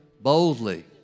boldly